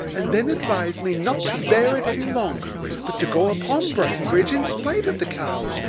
and then advised me not to bear it any longer, but to go upon brighton bridge, in spite of the cows,